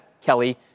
Kelly